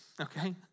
okay